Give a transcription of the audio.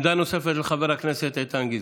עמדה נוספת, של חבר הכנסת איתן גינזבורג.